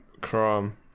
Chrome